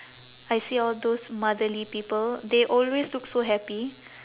I see all those motherly people they always look so happy